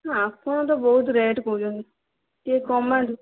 ଆପଣ ତ ବହୁତ ରେଟ୍ କହୁଛନ୍ତି ଟିକିଏ କମାନ୍ତୁ